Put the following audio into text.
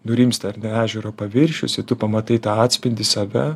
nurimsta ar ne ežero paviršius i tu pamatai tą atspindį save